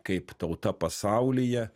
kaip tauta pasaulyje